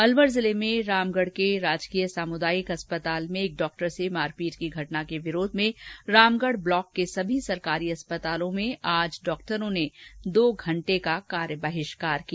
अलवर जिले में रामगढ़ के राजकीय सामुदायिक चिकित्सालय में एक डॉक्टर से मारपीट की घटना के विरोध में रामगढ ब्लॉक के सभी सरकारी अस्पतालों में आज डॉक्टरों ने दो घंटे कार्य का बहिष्कार किया